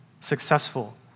successful